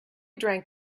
drank